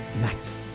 Nice